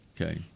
Okay